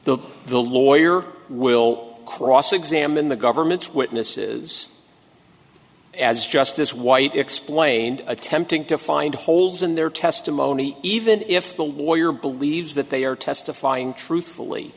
the the lawyer will cross examine the government's witnesses as justice white explained attempting to find holes in their testimony even if the lawyer believes that they are testifying truthfully